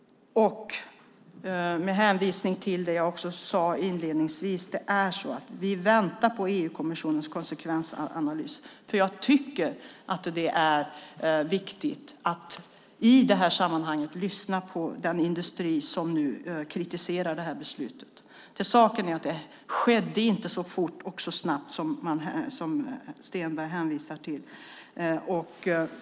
Med hänvisning till det jag sade inledningsvis väntar vi på EU-kommissionens konsekvensanalys. Det är viktigt att i sammanhanget lyssna på den industri som nu kritiserar beslutet. Det skedde inte så fort och snabbt som Stenberg hänvisar till.